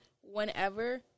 whenever